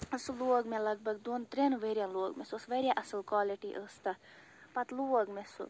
ٲں سُہ لوگ مےٚ لگ بھگ دۄن ترٛیٚن ؤرِۍ ین لوگ مےٚ سُہ اوس واریاہ اصٕل کوالٹی ٲس تَتھ پَتہٕ لوگ مےٚ سُہ